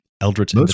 Eldritch